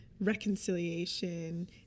reconciliation